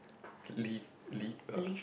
leave leave ah